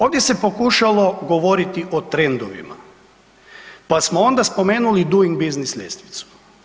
Ovdje se pokušalo govoriti o trendovima pa smo onda spomenuli Doing Business ljestvicu.